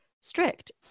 strict